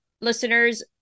listeners